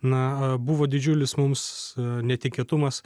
na buvo didžiulis mums netikėtumas